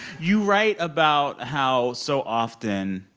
you write about how so often,